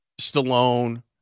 Stallone